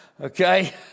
Okay